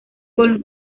con